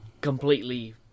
completely